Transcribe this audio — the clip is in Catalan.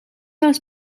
els